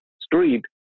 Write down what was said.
street